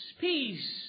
peace